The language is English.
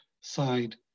side